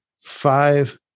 five